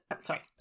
sorry